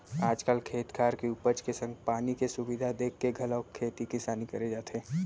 आज काल खेत खार के उपज के संग पानी के सुबिधा देखके घलौ खेती किसानी करे जाथे